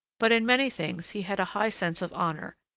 but in many things he had a high sense of honour,